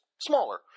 smaller